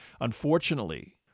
Unfortunately